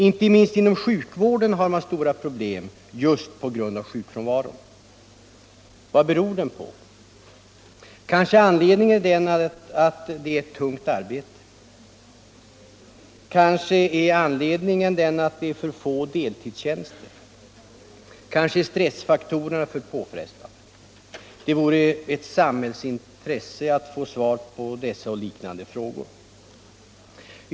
Inte minst inom sjukvården har man stora problem på grund av sjukfrånvaron. Vad beror den på? Kanske är anledningen den att det är ett tungt arbete. Kanske är anledningen att det finns för få deltidstjänster. Kanske är stressfaktorerna för påfrestande. Det vore ett samhällsintresse att få svar på dessa och liknande frågor.